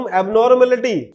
abnormality